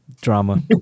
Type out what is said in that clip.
drama